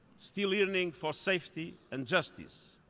still yearning for safety and justice.